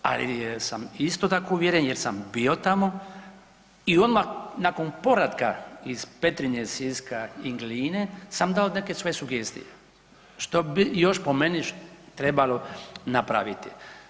Ali jesam isto tako uvjeren jer sam bio tamo i odmah nakon povratka iz Petrinje, Siska i Gline sam dao neke svoje sugestije, što bi još po meni trebalo napraviti.